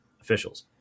officials